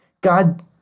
God